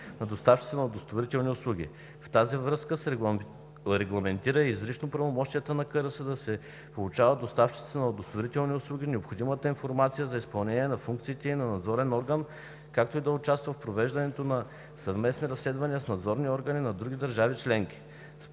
на доставчиците на удостоверителни услуги. В тази връзка се регламентира и изрично правомощие на Комисията за регулиране на съобщенията да получава от доставчиците на удостоверителни услуги необходимата информация за изпълнение на функциите ѝ на надзорен орган, както и да участва в провеждането на съвместни разследвания с надзорни органи на други държави членки.